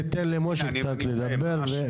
שניתן למשה קצת לדבר.